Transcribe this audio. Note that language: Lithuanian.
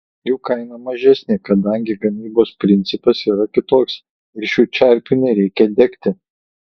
jų kaina mažesnė kadangi gamybos principas yra kitoks ir šių čerpių nereikia degti